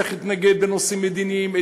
צריך להתנגד בנושאים מדיניים,